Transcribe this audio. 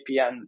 vpn